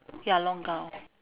ya long gown